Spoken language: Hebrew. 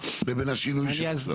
לבין השינוי עכשיו.